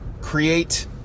create